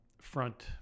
front